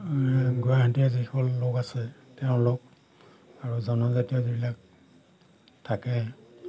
গুৱাহাটী যিসকল লোক আছে তেওঁলোক আৰু জনজাতীয় যিবিলাক থাকে